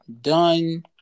done